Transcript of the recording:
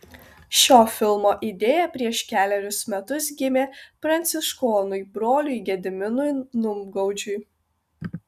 šio filmo idėja prieš kelerius metus gimė pranciškonui broliui gediminui numgaudžiui